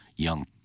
young